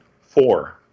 Four